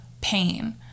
pain